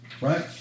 right